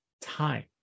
time